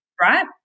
right